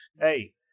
Hey